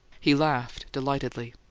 he laughed delightedly.